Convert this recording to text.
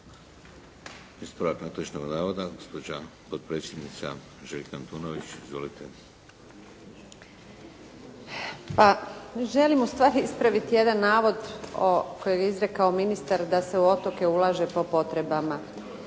Ispravak netočnog navoda gospođa potpredsjednica Željka Antunović. Izvolite. **Antunović, Željka (SDP)** Pa, želim u stvari ispraviti jedan navod koji je izrekao ministar da se u otoke ulaže po potrebama.